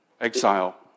exile